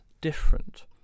different